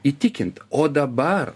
įtikint o dabar